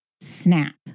snap